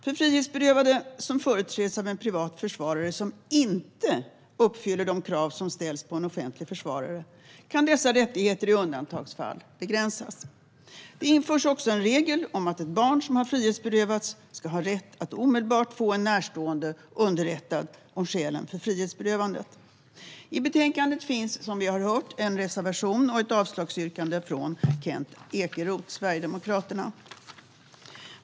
För frihetsberövade som företräds av en privat försvarare som inte uppfyller de krav som ställs på en offentlig försvarare kan dessa rättigheter i undantagsfall begränsas. Det införs också en regel om att ett barn som har frihetsberövats ska ha rätt att omedelbart få en närstående underrättad om skälen för frihetsberövandet. I betänkandet finns, som vi har hört, en reservation och ett avslagsyrkande från Sverigedemokraternas Kent Ekeroth.